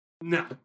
No